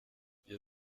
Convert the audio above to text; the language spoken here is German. ihr